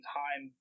time